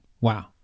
Wow